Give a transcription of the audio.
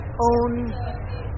own